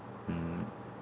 mm